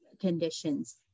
conditions